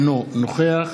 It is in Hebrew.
אינו נוכח